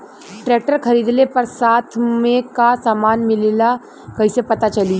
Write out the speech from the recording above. Tractor खरीदले पर साथ में का समान मिलेला कईसे पता चली?